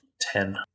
Ten